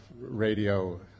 radio